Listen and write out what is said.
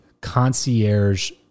concierge